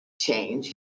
change